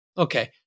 Okay